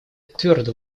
твердо